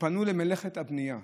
ופנו למלאכת הבנייה.